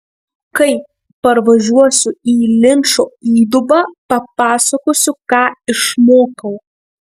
kai parvažiuosiu į linčo įdubą papasakosiu ką išmokau